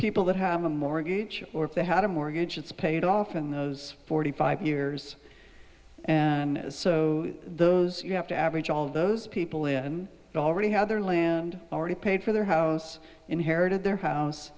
people that have a mortgage or if they had a mortgage it's paid off in those forty five years and so those you have to average all those people and already had their land already paid for their house inherited their house